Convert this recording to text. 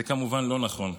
זה כמובן לא נכון.